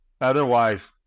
Otherwise